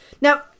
Now